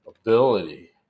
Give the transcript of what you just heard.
ability